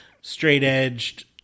straight-edged